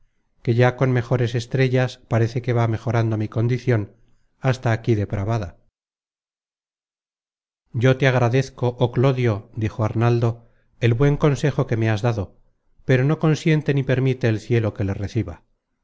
que ya con mejores estrellas parece que va mejorando mi condicion hasta aquí depravada content from google book search generated at yo te agradezco oh clodio dijo arnaldo el buen consejo que me has dado pero no consiente ni permite el cielo que le reciba